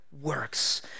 Works